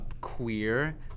queer